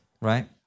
right